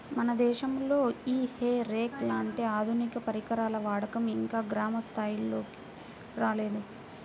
మన దేశంలో ఈ హే రేక్ లాంటి ఆధునిక పరికరాల వాడకం ఇంకా గ్రామ స్థాయిల్లోకి రాలేదు